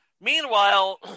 Meanwhile